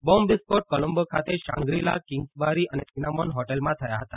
bomb વિસ્ફોટ કોલંબો ખાતે Shangri La Kingsbury અને સિનામોન હોટલમાં થયા હતા